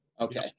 Okay